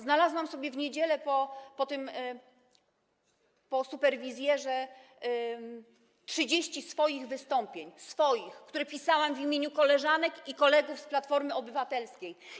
Znalazłam sobie w niedzielę po „Superwizjerze” 30 swoich wystąpień, swoich, które pisałam w imieniu koleżanek i kolegów z Platformy Obywatelskiej.